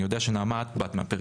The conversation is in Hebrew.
אני יודע שאת באת מהפריפריה,